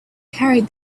carried